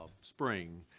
spring